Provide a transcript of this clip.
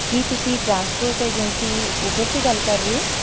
ਕੀ ਤੁਸੀਂ transport agency Uber ਤੋਂ ਗੱਲ ਕਰ ਰਹੇ ਹੋ